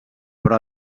però